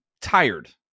tired